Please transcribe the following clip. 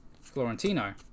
Florentino